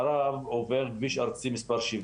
יש שכונה דרום מערבית שהיא משולבת גם מגורים וגם מסחר,